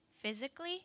Physically